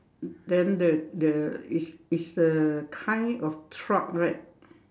then the the it's it's a kind of truck right